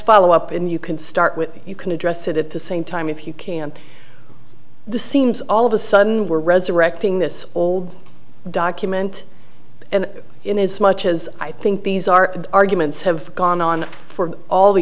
follow up and you can start with you can address it at the same time if you can't the seems all of a sudden we're resurrecting this old document and in as much as i think these are the arguments have gone on for all the